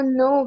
no